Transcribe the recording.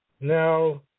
Now